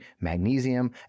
magnesium